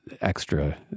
extra